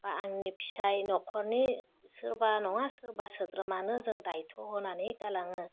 बा आंनि फिसाइ नख'रनि सोरबा नङा सोरबा सोद्रोमानो जों दाइथ' होनानै गालाङो